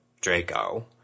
Draco